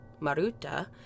Maruta